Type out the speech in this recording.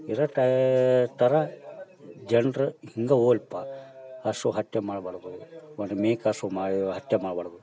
ಇದೇ ತೇ ಥರ ಜನರು ಹಿಂಗೆ ಹೋಲ್ಯಪ್ಪ ಹಸು ಹತ್ಯೆ ಮಾಡಬಾರ್ದು ಒಂದು ಮೇಕೆ ಹಸು ಮಾ ಇವು ಹತ್ಯೆ ಮಾಡಬಾರ್ದು